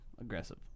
Aggressive